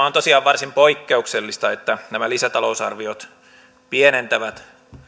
on tosiaan varsin poikkeuksellista että nämä lisätalousarviot pienentävät